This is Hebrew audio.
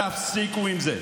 תפסיקו עם זה.